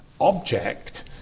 object